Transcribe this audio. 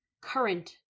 current